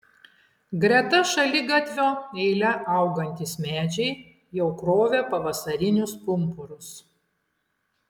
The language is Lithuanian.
greta šaligatvio eile augantys medžiai jau krovė pavasarinius pumpurus